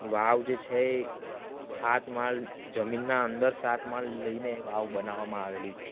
વાવ જે છે એ સાત માળ જમીનના અંદર સાત માળ લઈને વાવ બનાવવામાં આવેલી છે